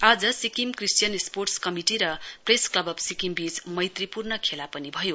आज Sikkim Christian sports committee र press club of Sikkim वीच मैत्रीपूर्ण खेला पनि भयो